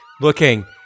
looking